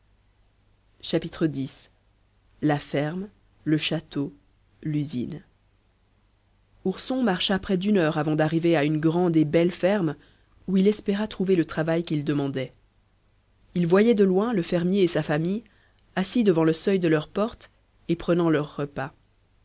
x la ferme le château l'usine ourson marcha près d'une heure avant d'arriver à une grande et belle ferme où il espéra trouver le travail qu'il demandait il voyait de loin le fermier et sa famille assis devant le seuil de leur porte et prenant leur repas